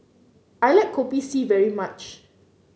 I like Kopi C very much